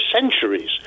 centuries